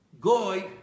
Goy